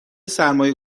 سرمایه